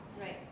right